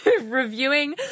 reviewing